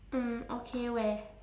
mm okay where